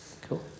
Cool